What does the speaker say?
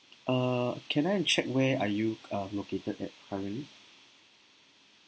err can I check where are you uh located at currently